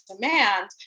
demand